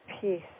peace